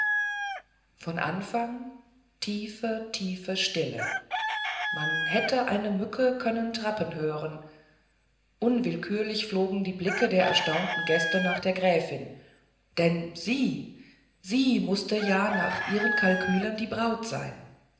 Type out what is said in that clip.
von anfang tiefe tiefe stille man hätte eine mücke können trappen hören unwillkürlich flogen die blicke der erstaunten gäste nach der gräfin denn sie sie mußte ja nach ihren kalkülen die braut sein